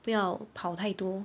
不要跑太多